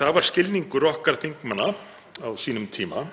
Það var skilningur okkar þingmanna á sínum tíma